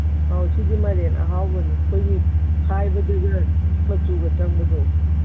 ꯁꯤꯗꯤ ꯃꯥꯏꯔꯦꯟ ꯑꯍꯥꯎꯕꯅꯤ ꯑꯩꯈꯣꯏꯒꯤ ꯈꯥꯏꯕꯗ ꯃꯆꯨꯒ ꯆꯪꯕꯗꯣ